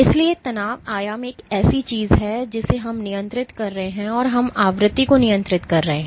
इसलिए तनाव आयाम एक ऐसी चीज है जिसे हम नियंत्रित कर रहे हैं और हम आवृत्ति को नियंत्रित कर रहे हैं